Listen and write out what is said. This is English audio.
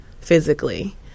physically